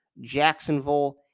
Jacksonville